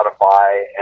Spotify